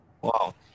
wow